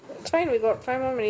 see your phone who's calling